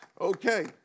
Okay